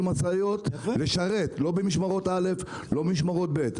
משאיות לשרת לא במשמרות א' ולא במשמרות ב'.